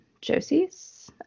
Josie's